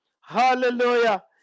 Hallelujah